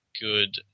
good